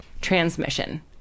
transmission